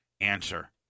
Answer